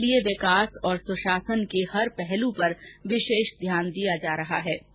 इसके लिए विकास और सुशासन के हर पहलू पर विशेष ध्यान दिया जा रहा है